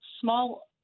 small